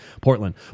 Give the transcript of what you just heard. Portland